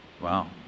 Wow